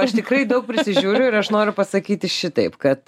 aš tikrai daug prisižiūriu ir aš noriu pasakyti šitaip kad